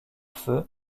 feu